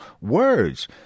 words